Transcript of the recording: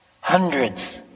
hundreds